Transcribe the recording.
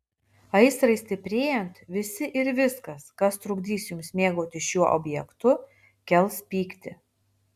aistrai stiprėjant visi ir viskas kas trukdys jums mėgautis šiuo objektu kels pyktį